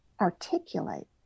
articulate